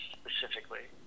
specifically